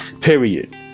period